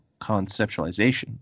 conceptualization